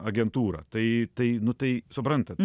agentūrą tai tai nu tai suprantat